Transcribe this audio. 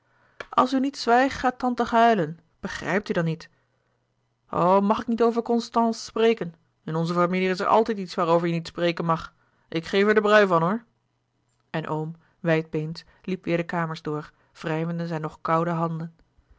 als u niet swijg gaat tante ghuilen beghrijpt u dan niet o mag ik niet over constance spreken in onze familie is er altijd iets waarover je niet spreken mag ik geef er de brui van hoor en oom wijdbeens liep weêr de kamers door wrijvende zijn nog koude handen